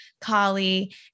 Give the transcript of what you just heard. Kali